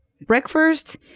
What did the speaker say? breakfast